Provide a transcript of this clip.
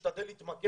פנינה תמנו שאטה,